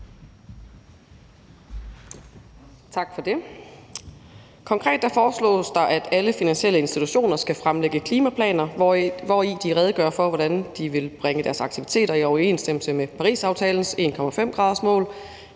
Tak for det. Konkret foreslås det, at alle finansielle institutioner skal fremlægge klimaplaner, hvori de redegør for, hvordan de vil bringe deres aktiviteter i overensstemmelse med Parisaftalens 1,5-gradersmål,